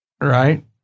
right